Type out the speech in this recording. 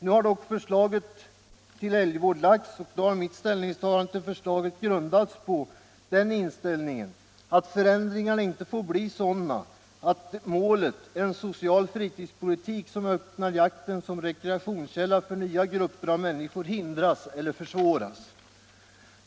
Nu har dock förslaget till älgvård lagts, och då har mitt ställningstagande till förslaget grundats på den inställningen att förändringarna inte får bli sådana att uppnåendet av målet, en social fritidspolitik som öpnnar jakten som rekreationskälla för nya grupper av människor, hindras eller försvåras.